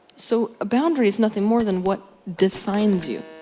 so, a boundary is nothing more than what defines you.